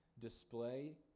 display